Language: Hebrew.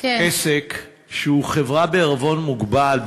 לעסק שהוא חברה בעירבון מוגבל,